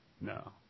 no